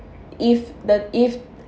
if the if